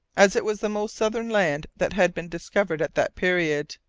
as it was the most southern land that had been discovered at that period.